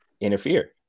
interfere